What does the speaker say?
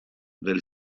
del